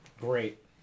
great